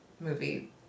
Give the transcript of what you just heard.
movie